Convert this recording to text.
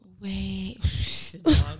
Wait